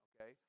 Okay